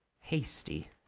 hasty